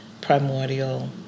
Primordial